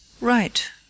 Right